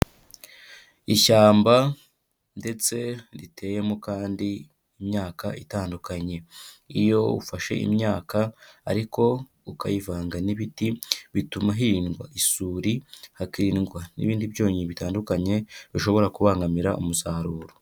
Ishyamba ndetse riteyemo kandi imyaka itandukanye. Iyo ufashe imyaka ariko ukayivanga n'ibiti bituma hirindwa isuri, hakirindwa n'ibindi byonnyi bitandukanye bishobora kubangamira umusaruro.